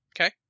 Okay